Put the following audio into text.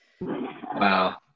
wow